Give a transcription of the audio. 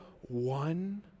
one